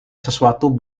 sesuatu